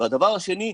והדבר השני,